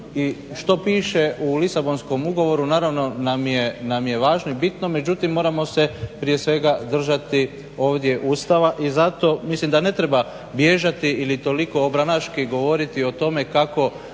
što piše u Lisabonskom ugovoru naravno nam je važno i bitno. Međutim, moramo se prije svega držati ovdje Ustava. I zato mislim da ne treba bježati ili toliko obranaški govori o tome kako